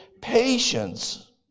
patience